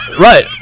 Right